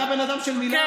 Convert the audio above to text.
אתה בן אדם של מילה?